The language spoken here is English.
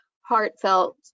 heartfelt